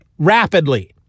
rapidly